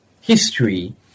history